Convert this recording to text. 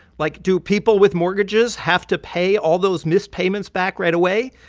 like, do people with mortgages have to pay all those missed payments back right away?